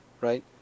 right